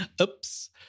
Oops